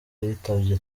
yitabye